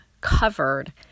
covered